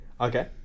Okay